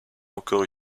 encore